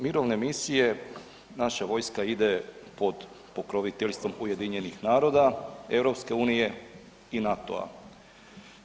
Mirovne misije, naša vojska ide pod potkroviteljstvom UN-a, EU i NATO-a.